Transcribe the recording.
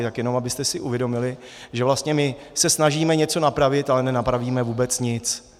Tak jenom abyste si uvědomili, že vlastně my se snažíme něco napravit, ale nenapravíme vůbec nic.